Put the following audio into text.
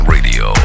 Radio